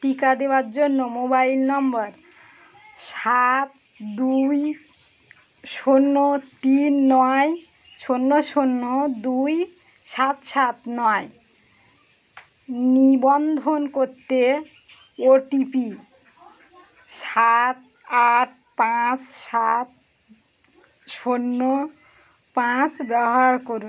টিকা দেওয়ার জন্য মোবাইল নম্বর সাত দুই শূন্য তিন নয় শূন্য শূন্য দুই সাত সাত নয় নিবন্ধন করতে ওটিপি সাত আট পাঁচ সাত শূন্য পাঁচ ব্যবহার করুন